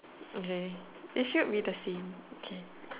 okay it should be the same okay